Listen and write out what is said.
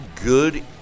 good